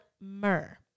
myrrh